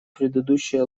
предыдущее